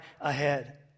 ahead